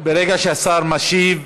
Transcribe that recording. שהשר משיב,